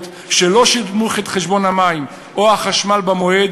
שלא שילמו את חשבון המים או החשמל במועד.